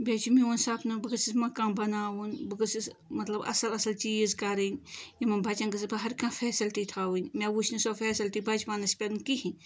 بیٚیہِ چھُ میون سپنا بہٕ گٔژھسٕس مکان بناوُن بہٕ گٔژھسٕس اصل اصل چیٖز کَرٕنۍ یِمن بَچن گٔژھسٕس ہرکانہہ فیسَلٹی تھاوٕنۍ مےٚ وٕچھ نہٕ سۄ فیسلٹی بچپَنس پٮ۪ن کِہیٖنۍ